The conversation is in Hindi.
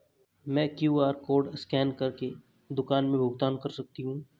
मैं क्यू.आर कॉड स्कैन कर के दुकान में भुगतान कैसे कर सकती हूँ?